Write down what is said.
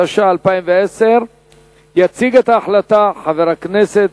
התש"ע 2010. יציג את ההחלטה חבר הכנסת